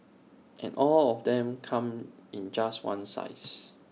and all of them come in just one size